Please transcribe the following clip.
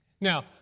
Now